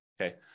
Okay